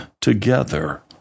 together